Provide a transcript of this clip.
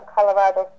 Colorado